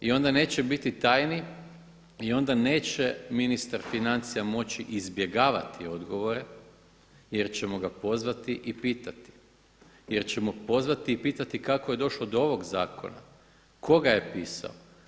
I onda neće biti tajni i onda neće ministar financija moći izbjegavati odgovore jer ćemo ga pozvati i pitati, jer ćemo pozvati i pitati kako je došlo do ovog zakona, tko ga je pisao?